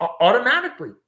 automatically